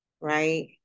right